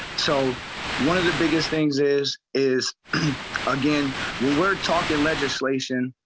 so one of the biggest things is is again we were talking legislation.